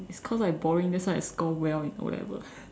cause I boring that's why I score well in O-levels